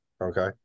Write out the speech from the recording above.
Okay